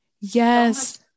yes